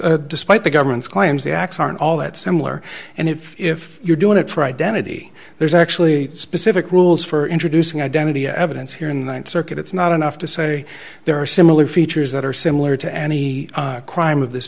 x despite the government's claims the acts aren't all that similar and if you're doing it for identity there's actually specific rules for introducing identity evidence here in one circuit it's not enough to say there are similar features that are similar to any crime of this